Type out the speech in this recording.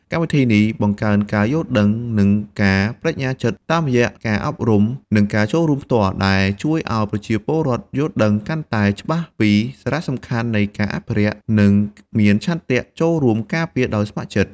កម្មវិធីនេះបង្កើនការយល់ដឹង និងការប្ដេជ្ញាចិត្ត តាមរយៈការអប់រំ និងការចូលរួមផ្ទាល់ ដែលជួយឱ្យប្រជាពលរដ្ឋយល់ដឹងកាន់តែច្បាស់ពីសារៈសំខាន់នៃការអភិរក្ស និងមានឆន្ទៈចូលរួមការពារដោយស្ម័គ្រចិត្ត។